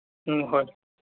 ꯎꯝ ꯍꯣꯏ